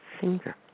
finger